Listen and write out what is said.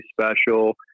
special